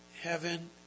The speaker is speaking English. heaven